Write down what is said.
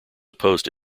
opposed